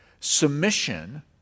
submission